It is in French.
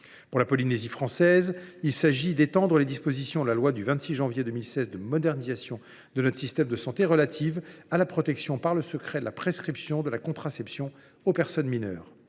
de la Polynésie française, l’ordonnance y étend les dispositions de la loi du 26 janvier 2016 de modernisation de notre système de santé relatives à la protection par le secret de la prescription de la contraception aux personnes mineures.